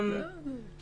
גור, לעבודה.